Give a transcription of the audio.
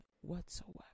whatsoever